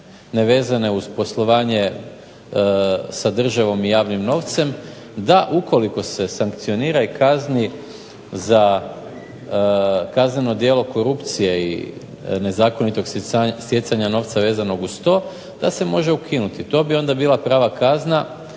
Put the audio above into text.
nevezane uz poslovanje sa državom i javnim novcem, da ukoliko se sankcionira i kazni za kazneno djelo korupcije i nezakonitog stjecanja novca vezanog uz to, da se može ukinuti. To bi onda bila prava kazna,